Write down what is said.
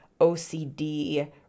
OCD